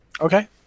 Okay